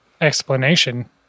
explanation